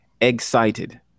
excited